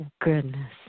Goodness